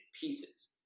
pieces